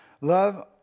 Love